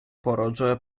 породжує